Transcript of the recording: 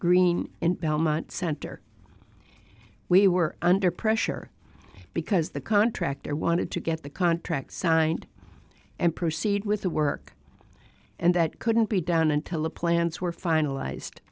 green in belmont center we were under pressure because the contractor wanted to get the contract signed and proceed with the work and that couldn't be done until the plans were finalized